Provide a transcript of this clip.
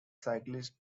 cyclist